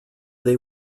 they